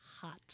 hot